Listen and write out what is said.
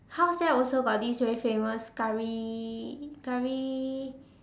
house there also got this very famous Curry Curry